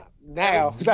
Now